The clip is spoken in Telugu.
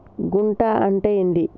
గుంట అంటే ఏంది?